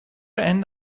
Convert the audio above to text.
and